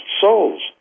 souls